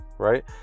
right